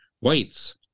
whites